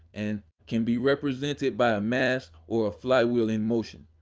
and can be represented by a mass or a flywheel in motion.